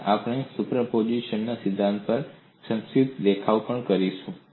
અને આપણે સુપરપોઝિશનના સિદ્ધાંત પર સંક્ષિપ્ત દેખાવ પણ કરીશું